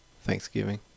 Thanksgiving